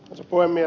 osa poimia